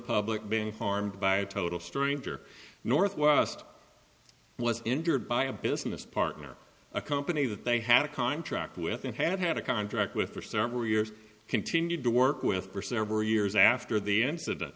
public being harmed by a total stranger northwest was injured by a business partner a company that they had a contract with and had had a contract with for several years continued to work with for several years after the incident